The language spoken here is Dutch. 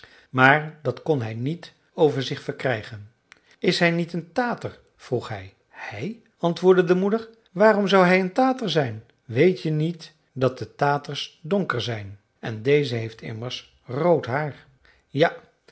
maar dat kon hij niet over zich verkrijgen is hij niet een tater vroeg hij hij antwoordde de moeder waarom zou hij een tater zijn weet je niet dat de taters donker zijn en deze heeft immers rood haar ja